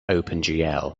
opengl